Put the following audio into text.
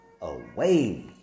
away